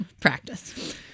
practice